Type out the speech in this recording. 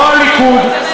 לא הליכוד,